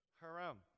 Haram